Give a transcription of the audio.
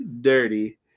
Dirty